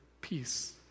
peace